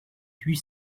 huit